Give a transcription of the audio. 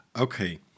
Okay